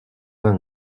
vingt